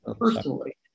personally